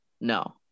no